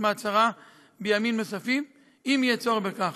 מעצרה בימים נוספים אם יהיה צורך בכך.